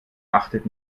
achtet